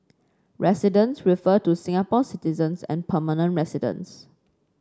residents refer to Singapore citizens and permanent residents